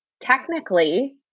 technically